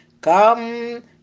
come